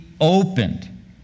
opened